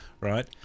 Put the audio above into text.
right